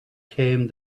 came